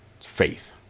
faith